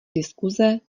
diskuse